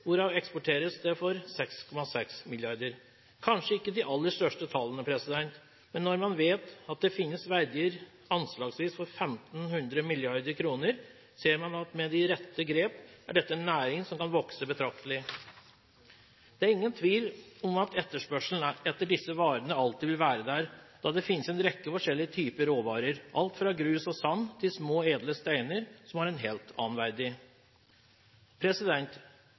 hvorav det eksporteres for ca. 6,6 mrd. kr. Det er kanskje ikke de aller største tallene, men når man vet at det finnes verdier for anslagsvis 1 500 mrd. kr, ser man at med de rette grepene er dette en næring som kan vokse betraktelig. Det er ingen tvil om at etterspørselen etter disse varene alltid vil være der, da det finnes en rekke forskjellige typer råvarer, alt fra grus og sand til små, edle steiner, som har en helt annen